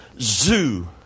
zoo